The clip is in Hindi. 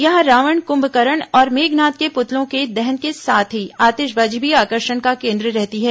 यहां रावण कुंभकर्ण और मेघनाद के पुतलों के दहन के साथ ही आतिशबाजी भी आकर्षण का कोन्द्र रहती है